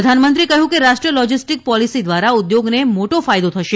પ્રધાનમંત્રીએ કહ્યું કે રાષ્ટ્રીય લોજીસ્ટીક પોલિસી દ્વારા ઉદ્યોગને મોટો ફાયદો થશે